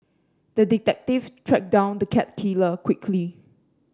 the detective tracked down the cat killer quickly